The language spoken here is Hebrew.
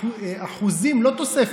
אחוזים, לא תוספת.